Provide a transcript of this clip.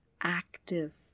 active